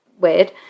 weird